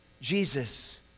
Jesus